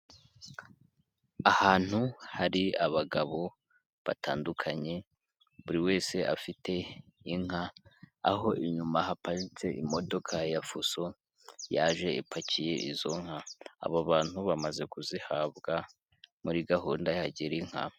Ahantu hari abagabo batandukanye, buri wese afite inka aho inyuma haparitse imodoka ya Fuso yaje ipakiye izo nka, abo bantu bamaze kuzihabwa muri gahunda ya gira inka.